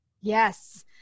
Yes